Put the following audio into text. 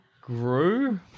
grew